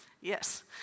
Yes